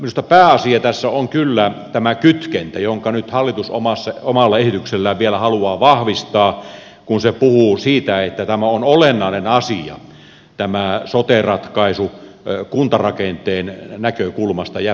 minusta pääasia tässä on kyllä tämä kytkentä jonka nyt hallitus omalla esityksellään vielä halua vahvistaa kun se puhuu siitä että tämä sote ratkaisu on olennainen asia kuntarakenteen näkökulmasta ja päinvastoin